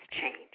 change